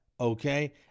Okay